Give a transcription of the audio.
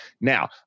Now